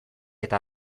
eta